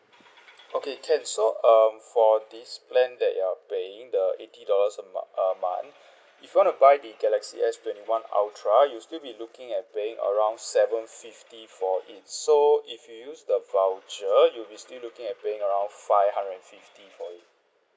okay can so um for this plan that you are paying the eighty dollars a mo~ err month if you want to buy the galaxy S twenty one ultra you'll still be looking at paying around seven fifty for it so if you use the voucher you'll still be looking at paying around five hundred and fifty for it